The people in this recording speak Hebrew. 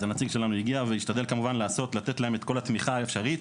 אז הנציג שלנו הגיע והשתדל כמובן לתת להם את כל התמיכה האפשרית.